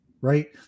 Right